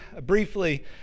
briefly